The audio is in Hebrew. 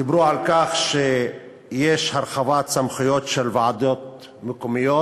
דיברו על כך שיש הרחבת סמכויות של ועדות מקומיות,